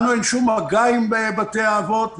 לנו אין שום מגע עם בתי האבות.